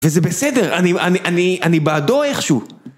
וזה בסדר, אני בעדו איכשהו.